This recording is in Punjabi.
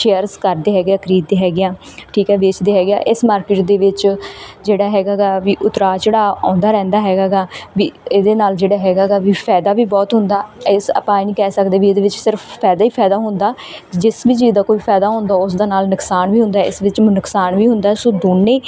ਸ਼ੇਅਰਸ ਕਰਦੇ ਹੈਗੇ ਆ ਖਰੀਦਦੇ ਹੈਗੇ ਆ ਠੀਕ ਹੈ ਵੇਚਦੇ ਹੈਗਾ ਆ ਇਸ ਮਾਰਕੀਟ ਦੇ ਵਿੱਚ ਜਿਹੜਾ ਹੈਗਾ ਗਾ ਵੀ ਉਤਰਾਅ ਚੜ੍ਹਾਅ ਆਉਂਦਾ ਰਹਿੰਦਾ ਹੈਗਾ ਗਾ ਵੀ ਇਹਦੇ ਨਾਲ ਜਿਹੜਾ ਹੈਗਾ ਗਾ ਵੀ ਫਾਇਦਾ ਵੀ ਬਹੁਤ ਹੁੰਦਾ ਇਸ ਆਪਾਂ ਆਏਂ ਨਹੀਂ ਕਹਿ ਸਕਦੇ ਵੀ ਇਹਦੇ ਵਿੱਚ ਸਿਰਫ ਫਾਇਦਾ ਹੀ ਫਾਇਦਾ ਹੁੰਦਾ ਜਿਸ ਵੀ ਚੀਜ਼ ਦਾ ਕੋਈ ਫਾਇਦਾ ਹੁੰਦਾ ਉਸਦਾ ਨਾਲ ਨਕਸਾਨ ਵੀ ਹੁੰਦਾ ਇਸ ਵਿੱਚ ਨੁਕਸਾਨ ਵੀ ਹੁੰਦਾ ਸੋ ਦੋਨੇ